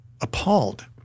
appalled